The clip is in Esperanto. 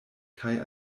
kaj